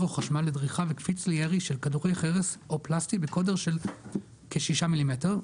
או חשמל לדריכה וקפיץ לירי של כדורי חרס או פלסטי בקוטר של כ-6 מ''מ,